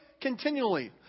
continually